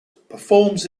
performs